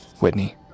Whitney